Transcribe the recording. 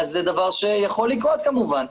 זה דבר שיכול לקרות כמובן.